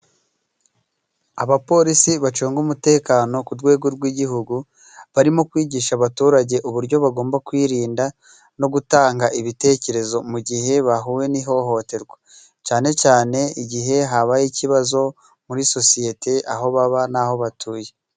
Abapolisi bacunga umutekano ku rwego rw'igihugu barimo kwigisha abaturage uburyo bagomba kwirinda no gutanga ibitekerezo mu gihe bahuye n'ihohoterwa cyane cyane igihe habaye ikibazo muri sosiyete aho baba n'aho batuye.